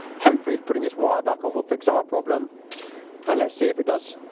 hopefully putting this wire back on will fix our problem and let's see if it does.